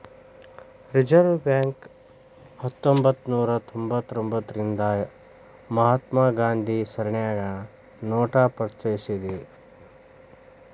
reserve Bank ಹತ್ತೊಂಭತ್ನೂರಾ ತೊಭತಾರ್ರಿಂದಾ ರಿಂದ ಮಹಾತ್ಮ ಗಾಂಧಿ ಸರಣಿನ್ಯಾಗ ನೋಟ ಪರಿಚಯಿಸೇದ್